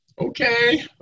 Okay